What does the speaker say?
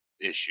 issue